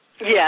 Yes